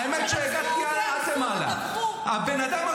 מחבלי הנוח'בות